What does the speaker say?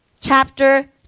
chapter